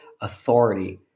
authority